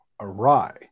awry